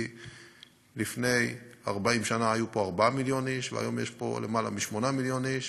כי לפני 40 שנה היו פה 4 מיליון איש והיום יש פה למעלה מ-8 מיליון איש,